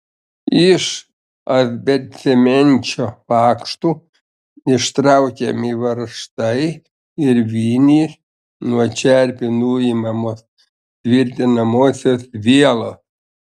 iš asbestcemenčio lakštų ištraukiami varžtai ar vinys nuo čerpių nuimamos tvirtinamosios vielos